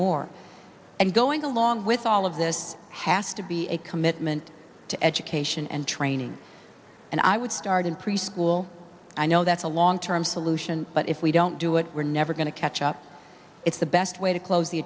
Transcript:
more and going along with all of this has to be a commitment to education and training and i would start in preschool i know that's a long term solution but if we don't do it we're never going to catch up it's the best way to close the